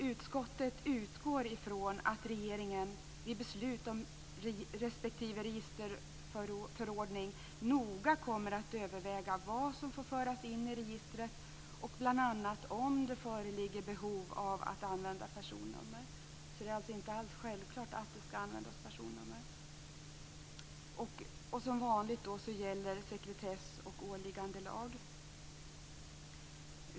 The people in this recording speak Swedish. Utskottet utgår från att regeringen vid beslut om respektive registerförordning noga kommer att överväga vad som får föras in i registret, och bl.a. om det föreligger behov av att använda personnummer. Det är alltså inte alls självklart att personnummer skall användas. Som vanligt gäller sekretess och åliggandelag.